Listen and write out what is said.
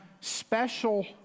special